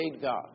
God